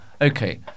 Okay